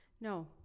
No